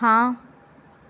ਹਾਂ